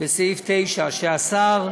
בסעיף 9 שהשר,